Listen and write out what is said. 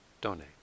donate